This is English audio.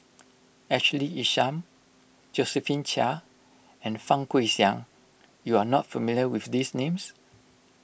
Ashley Isham Josephine Chia and Fang Guixiang you are not familiar with these names